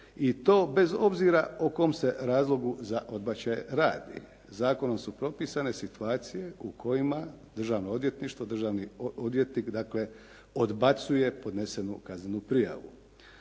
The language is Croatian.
i to bez obzira o kom se razlogu za odbačaj radi. Zakonom su propisane situacije u kojima državno odvjetništvo, državni odvjetnik dakle odbacuje podnesenu kaznenu prijavu.